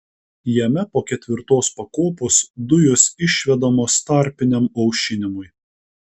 jame po ketvirtos pakopos dujos išvedamos tarpiniam aušinimui